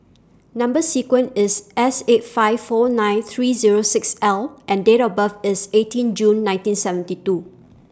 Number sequence IS S eight five four nine three Zero six L and Date of birth IS eighteen June nineteen seventy two